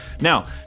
Now